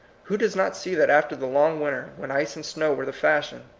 who does not see that after the long winter, when ice and snow were the fashion,